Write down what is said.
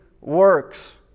works